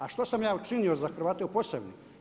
A što sam ja učinio za Hrvate u Posavini?